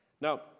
Now